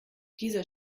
dieser